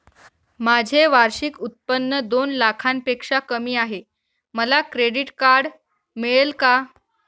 माझे वार्षिक उत्त्पन्न दोन लाखांपेक्षा कमी आहे, मला क्रेडिट कार्ड मिळेल का?